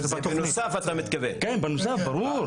בנוסף, ברור.